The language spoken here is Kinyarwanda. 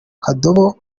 kadobo